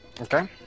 Okay